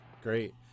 Great